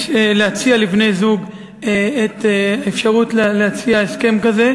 להציע לבני-זוג את האפשרות של הסכם כזה.